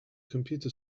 computer